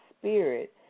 Spirit